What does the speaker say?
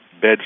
bed